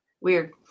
Weird